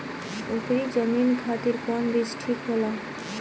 उपरी जमीन खातिर कौन बीज ठीक होला?